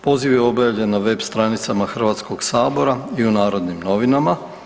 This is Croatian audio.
Poziv je objavljen na web stranicama Hrvatskoga sabora i u Narodnim novinama.